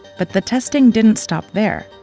but the testing didn't stop there.